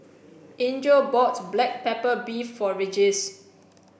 Angel bought black pepper beef for Regis